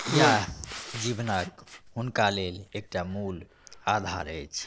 इएह जीवनक हुनका लेल एकटा मूल आधार अछि